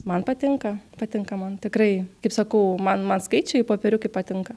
man patinka patinka man tikrai kaip sakau man man skaičiai popieriukai patinka